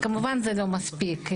כמובן זה לא מספיק.